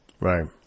Right